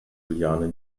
juliane